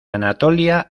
anatolia